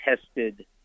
tested